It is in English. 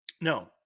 No